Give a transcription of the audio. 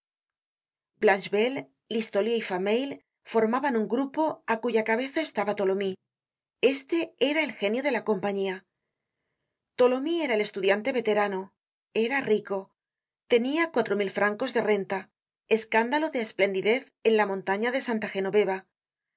égloga blachevelle listolier y fameuil formaban un grupo á cuya cabeza estaba tholomyes este era el genio de la compañía tholomyes era el estudiante veterano era rico tenia cuatro mil francos de renta escándalo de esplendidez en la montaña de santa genoveva